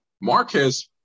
Marquez